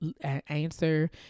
answer